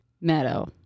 Meadow